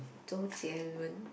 Zhou Jie Lun